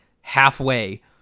halfway